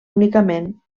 únicament